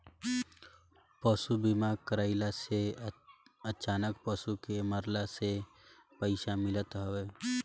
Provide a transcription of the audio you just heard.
पशु बीमा कराए से अचानक पशु के मरला से पईसा मिलत हवे